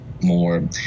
more